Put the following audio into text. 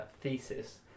thesis